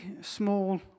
small